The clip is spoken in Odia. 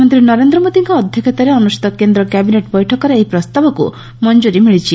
ପ୍ରଧାନମନ୍ତୀ ନରେନ୍ଦ୍ର ମୋଦିଙ୍କ ଅଧ୍ଧକ୍ଷତାରେ ଅନୁଷିତ କେନ୍ଦ କ୍ୟାବିନେଟ୍ ବୈଠକରେ ଏହି ପ୍ରସ୍ତାବଙ୍କୁ ମଞ୍ଚୁରୀ ମିଳିଛି